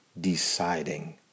deciding